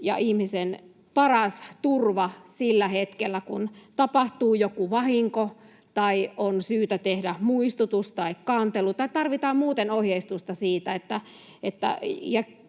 ja ihmisen paras turva sillä hetkellä, kun tapahtuu joku vahinko tai on syytä tehdä muistutus tai kantelu, tai tarvitaan muuten ohjeistusta ja